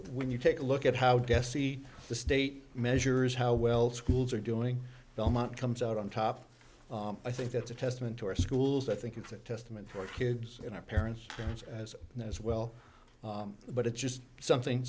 when you take a look at how dessie the state measures how well schools are doing the amount comes out on top i think that's a testament to our schools i think it's a testament for kids in our parents as well as well but it's just something